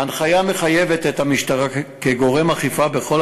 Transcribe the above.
ההנחיה המחייבת את המשטרה כגורם אכיפה בכל